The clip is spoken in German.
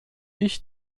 ich